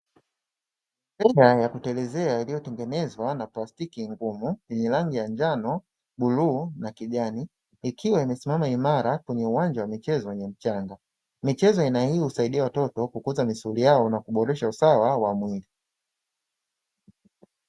Bembea ya kutelezea iliyotengenezwa na plastiki ngumu yenye rangi ya: njano, bluu na kijani; ikiwa imesimama imara kwenye uwanja wa michezo wenye mchanga. Michezo aina hii husaidia watoto kukuza misuli yao na kuboresha usawa wa mwili.